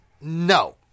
no